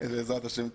בעזרת השם.